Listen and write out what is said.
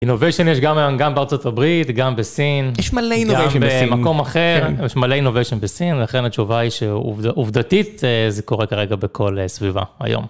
אינוביישן יש גם היום גם בארצות הברית, גם בסין. יש מלא אינוביישן בסין. גם במקום אחר, יש מלא אינוביישן בסין, ולכן התשובה היא שעובדתית זה קורה כרגע בכל סביבה היום.